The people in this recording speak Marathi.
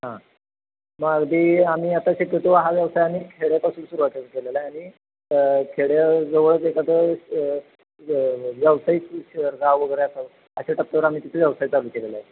हां मग अगदी आम्ही आता शक्यतो हा व्यवसाय आम्ही खेड्यापासून सुरुवात केलेला आहे आणि खेड्याजवळच एखादं व्यावसायिक शहर गाव वगैरे असावं अशा टप्प्यावर आम्ही तिथं व्यवसाय चालू केलेला आहे